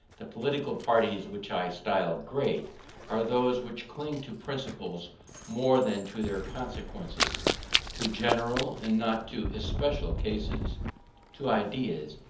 the political parties which i style great are those which cling to principles more than to their consequences to general, and not to especial cases to ideas,